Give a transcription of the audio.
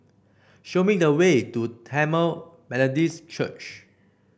show me the way to Tamil Methodist Church